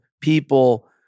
people